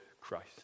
Christ